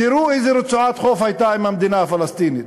תראו איזו רצועת חוף הייתה עם המדינה הפלסטינית.